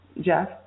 Jeff